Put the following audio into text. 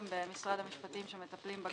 במשרד המשפטים שמטפלים לא נמצאים כאן.